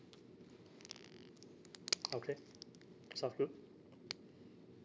okay sounds good